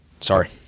Sorry